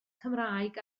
cymraeg